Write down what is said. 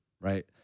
Right